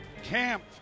Camp